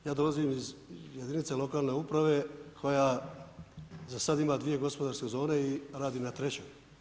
Ja dolazim iz jedinice lokalne samouprave koja za sada ima dvije gospodarske zone i radi na trećoj.